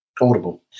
Audible